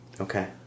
Okay